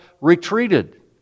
retreated